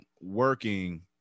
working